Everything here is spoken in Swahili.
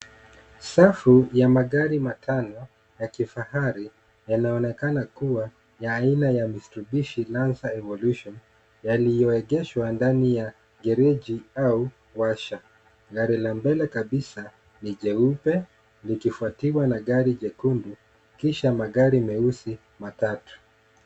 Safu ya magari matano ya kifahari, yanaonekana kuwa ya aina ya Mitsubishi Lanser Evolution, yaliyoegeshwa ndani ya gereji au warsha. Gari la mbele kabisa ni jeupe, likifuatiwa na gari jekundu, kisha magari meusi matatu.